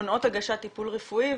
מונעות הגשת טיפול רפואי,